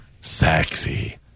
sexy